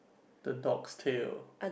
the dog's tale